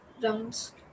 rounds